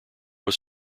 was